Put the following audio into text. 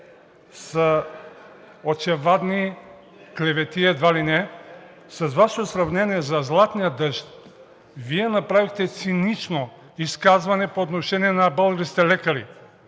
са очевадни клевети едва ли не. С Вашето сравнение за златния дъжд Вие направихте цинично изказване по отношение на българските лекари.